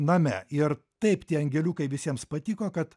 name ir taip tie angeliukai visiems patiko kad